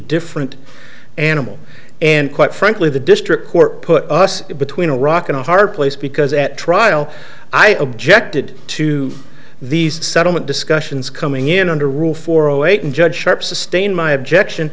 different animal and quite frankly the district court put us between a rock and a hard place because at trial i objected to these settlement discussions coming in under rule four zero eight and judge sharp sustain my objection